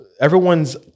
everyone's